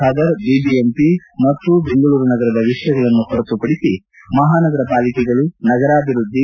ಬಾದರ್ BBMP ಮತ್ತು ಬೆಂಗಳೂರು ನಗರದ ವಿಷಯಗಳನ್ನು ಹೊರತುಪಡಿಸಿ ಮಹಾನಗರ ಪಾಲಿಕೆಗಳು ನಗರಾಭಿವೃದ್ಧಿ